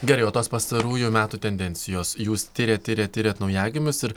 gerai o tos pastarųjų metų tendencijos jūs tiriat tiriat tiriant naujagimius ir